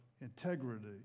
integrity